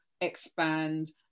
Expand